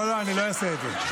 לא, לא, אני לא אעשה את זה.